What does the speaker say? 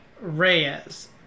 Reyes